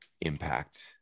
impact